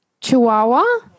Chihuahua